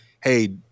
hey